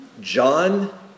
John